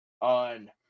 on